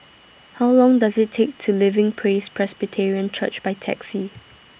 How Long Does IT Take to Living Praise Presbyterian Church By Taxi